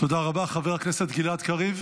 תודה רבה, חבר הכנסת גלעד קריב.